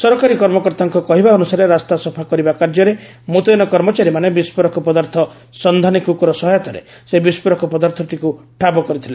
ସରକାରୀ କର୍ମକର୍ତ୍ତାଙ୍କ କହିବା ଅନୁସାରେ ରାସ୍ତା ସଫା କରିବା କାର୍ଯ୍ୟରେ ମୁତୟନ କର୍ମଚାରୀମାନେ ବିସ୍କୋରକ ପଦାର୍ଥ ସନ୍ଧାନୀ କୁକୁର ସହାୟତାରେ ସେହି ବିସ୍ଫୋରକ ପଦାର୍ଥଟିକୁ ଠାବ କରିଥିଲେ